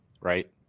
right